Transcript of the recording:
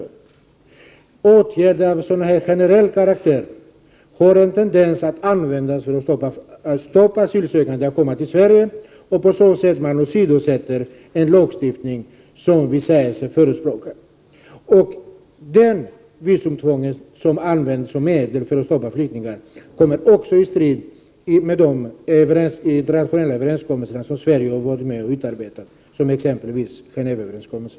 Sådana åtgärder av generell karaktär har en tendens att användas för att stoppa asylsökande som vill komma till Sverige, och på så sätt åsidosätter man en lagstiftning som man säger sig förespråka. Ett visumtvång som används som medel för att stoppa flyktingar står också i strid med de internationella överenskommelser som Sverige har varit med om att utarbeta, exempelvis Gendveöverenskommelsen.